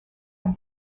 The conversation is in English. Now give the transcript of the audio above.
have